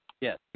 Yes